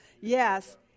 Yes